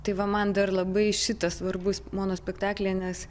tai va man dar labai šitas svarbus monospektaklyje nes